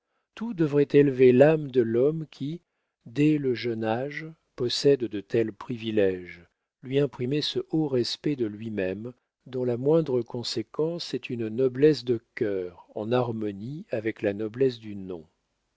tout devrait élever l'âme de l'homme qui dès le jeune âge possède de tels priviléges lui imprimer ce haut respect de lui-même dont la moindre conséquence est une noblesse de cœur en harmonie avec la noblesse du nom